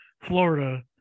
florida